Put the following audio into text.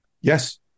Yes